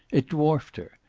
it dwarfed her.